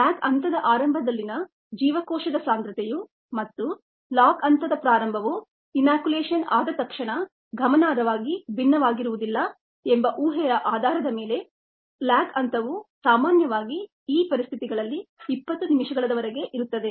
lag ಹಂತದ ಆರಂಭದಲ್ಲಿನ ಜೀವಕೋಶದ ಸಾಂದ್ರತೆಯು ಮತ್ತು ಲಾಗ್ ಹಂತದ ಪ್ರಾರಂಭವು ಇನಾಕ್ಯುಲೇಷನ್ ಆದ ತಕ್ಷಣ ಗಮನಾರ್ಹವಾಗಿ ಭಿನ್ನವಾಗಿರುವುದಿಲ್ಲ ಎಂಬ ಊಹೆಯ ಆಧಾರದ ಮೇಲೆ ಲ್ಯಾಗ್ ಹಂತವು ಸಾಮಾನ್ಯವಾಗಿ ಈ ಪರಿಸ್ಥಿತಿಗಳಲ್ಲಿ 20 ನಿಮಿಷಗಳವರೆಗೆ ಇರುತ್ತದೆ